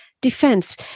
defense